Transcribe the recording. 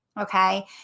Okay